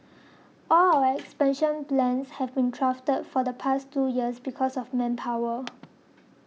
all our expansion plans have been thwarted for the past two years because of manpower